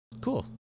Cool